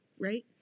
right